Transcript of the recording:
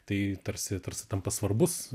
tai tarsi tarsi tampa svarbus